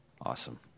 Awesome